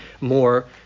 more